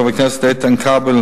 חבר הכנסת איתן כבל,